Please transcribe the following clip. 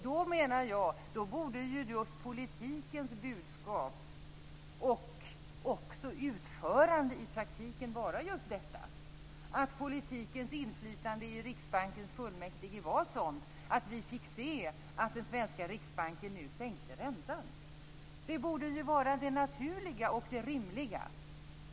Då, menar jag, borde politikens budskap och utförande i praktiken vara just detta: att politikens inflytande i Riksbankens fullmäktige var sådant att vi fick se att den svenska riksbanken nu sänkte räntan. Det borde ju vara det naturliga och det rimliga!